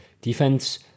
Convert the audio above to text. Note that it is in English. defense